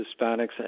Hispanics